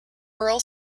rural